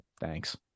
Thanks